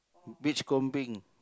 beachcombing